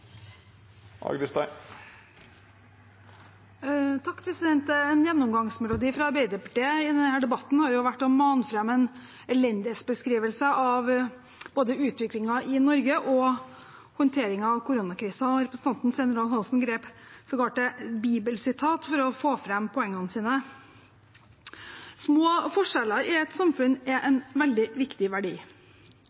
En gjennomgangsmelodi fra Arbeiderpartiet i denne debatten har vært å mane fram en elendighetsbeskrivelse av både utviklingen i Norge og håndteringen av koronakrisen. Representanten Svein Roald Hansen grep sågar til et bibelsitat for å få fram poengene sine. Små forskjeller i et samfunn er